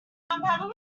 other